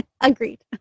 Agreed